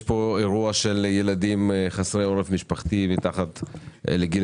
יש אירוע של ילדים חסרי עורף משפחתי מתחת לגיל